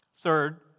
Third